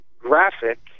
graphic